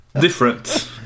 Different